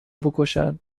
بکشن